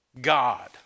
God